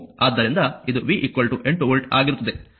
ಆದ್ದರಿಂದ ಇದು v 8 volt ಆಗಿರುತ್ತದೆ